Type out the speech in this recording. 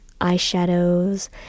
eyeshadows